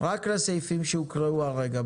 רק לסעיפים שהוקראו הרגע,